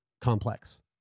complex